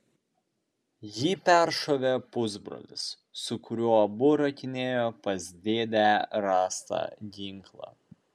jį peršovė pusbrolis su kuriuo abu rakinėjo pas dėdę rastą ginklą